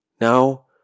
Now